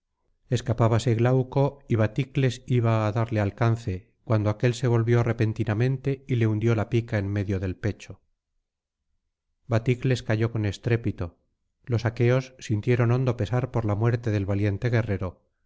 escapábase glauco y baticles iba á darle alcance cuando aquél se volvió repentinamente y le hundió la pica en medio del pecho baticles cayó con estrépito tos aqueos sintieron hondo pesar por la muerte del valiente guerrero